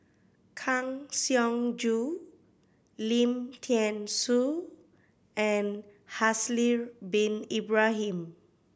Kang Siong Joo Lim Thean Soo and Haslir Bin Ibrahim